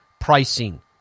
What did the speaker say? pricing